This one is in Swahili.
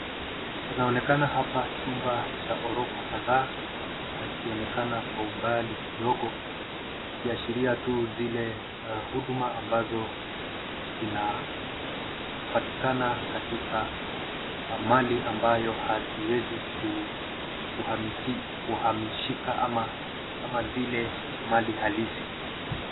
Panaonekana hapa chumba cha ghorofa kadhaa ikionekana kwa umbali kidogo ikiashiria tu zile huduma ambazo zinapatikanaa katika mali ambayo haziwezi kuhamishika ama zile mali halisi.